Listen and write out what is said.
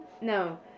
No